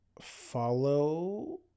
follow